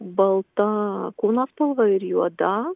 balta kūno spalva ir juoda